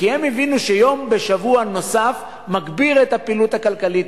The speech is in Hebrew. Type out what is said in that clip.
כי הם הבינו שיום נוסף בשבוע מגביר את הפעילות הכלכלית,